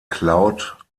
cloud